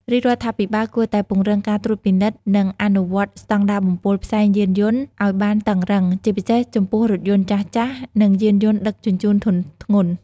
រាជរដ្ឋាភិបាលគួរតែពង្រឹងការត្រួតពិនិត្យ និងអនុវត្តស្តង់ដារបំពុលផ្សែងយានយន្តឱ្យបានតឹងរ៉ឹង ជាពិសេសចំពោះរថយន្តចាស់ៗ និងយានយន្តដឹកជញ្ជូនធុនធ្ងន់។